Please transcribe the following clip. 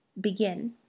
Begin